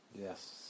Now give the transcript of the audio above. Yes